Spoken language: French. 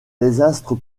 désastre